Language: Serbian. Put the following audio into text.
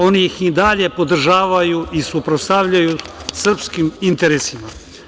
Oni ih i dalje podržavaju i suprotstavljaju srpskim interesima.